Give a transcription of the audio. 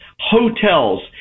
hotels